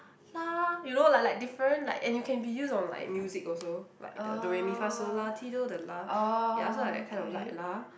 lah you know like like different like and you can be use on like music also like the doh re mi fa soh la ti doh the la ya so I kind of like lah